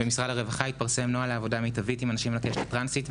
במשרד הרווחה התפרסם נוהל לעבודה מיטבית עם אנשים על הקשת הטרנסית,